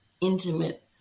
intimate